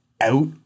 out